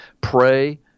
Pray